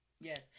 Yes